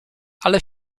ale